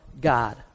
God